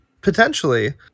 potentially